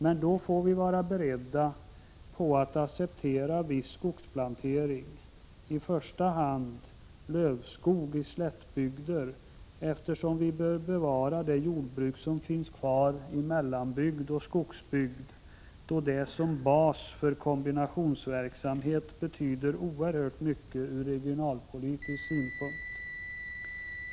Men då får vi vara beredda på att acceptera viss skogsplantering, i första hand plantering av lövskog i slättbygder, eftersom vi bör bevara det jordbruk som finns kvar i mellanbygd och skogsbygd. Som bas för kombinationsverksamhet betyder det ju oerhört mycket från regionalpolitisk synpunkt.